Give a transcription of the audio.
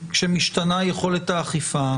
כשמשתנה יכולת האכיפה